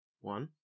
one